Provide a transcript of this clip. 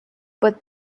but